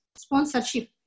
sponsorship